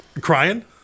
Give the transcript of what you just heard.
Crying